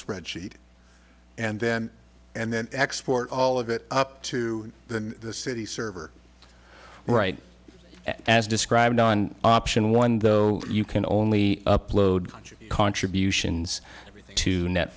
spreadsheet and then and then export all of it up to the city server right as described on option one though you can only upload country contributions